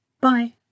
Bye